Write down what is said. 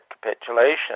capitulation